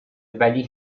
ولی